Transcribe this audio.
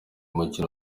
mukino